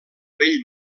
vell